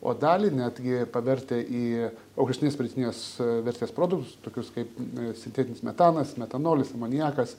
o dalį netgi pavertę į aukštesnės pridėtinės vertės produktus tokius kaip sintetinis metanas metanolis amoniakas